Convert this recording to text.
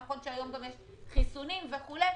נכון שהיום יש גם חיסונים וכולי,